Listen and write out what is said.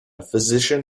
physician